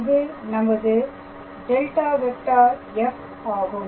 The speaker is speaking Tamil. இது நமது ∇⃗⃗ f ஆகும்